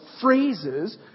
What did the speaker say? phrases